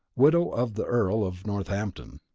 widow of the earl of northampton.